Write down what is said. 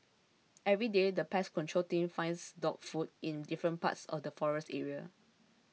everyday the pest control team finds dog food in different parts of the forest area